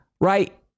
right